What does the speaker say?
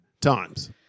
times